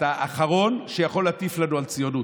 אתה האחרון שיכול להטיף לנו על ציונות.